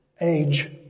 age